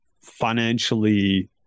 financially